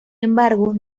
embargo